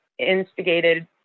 instigated